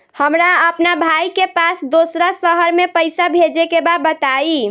हमरा अपना भाई के पास दोसरा शहर में पइसा भेजे के बा बताई?